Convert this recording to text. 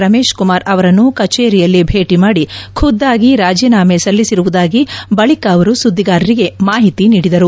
ರಮೇಶ್ ಕುಮಾರ್ ಅವರನ್ನು ಕಚೇರಿಯಲ್ಲಿ ಭೇಟಿ ಮಾದಿ ಖುದ್ದಾಗಿ ರಾಜಿನಾಮೆ ಸಲ್ಲಿಸಿರುವುದಾಗಿ ಬಳಿಕ ಅವರು ಸುದ್ದಿಗಾರರಿಗೆ ಮಾಹಿತಿ ನೀಡಿದರು